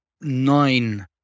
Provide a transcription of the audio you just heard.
nine